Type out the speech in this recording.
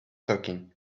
talking